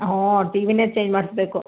ಹ್ಞೂ ಟಿ ವಿನೇ ಚೇಂಜ್ ಮಾಡಿಸ್ಬೇಕು